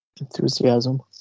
enthusiasm